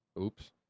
Oops